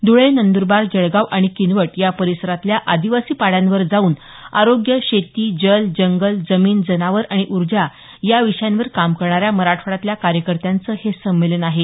धुळे नंदरबार जळगाव आणि किनवट या परिसरातल्या आदिवासी पाड्यांवर जाऊन आरोग्य शेती जल जंगल जमीन जनावर आणि उर्जा या विषयांवर काम करणाऱ्या मराठवाड्यातल्या कार्यकर्त्यांचं हे संमेलन आहे